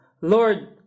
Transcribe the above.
Lord